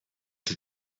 czy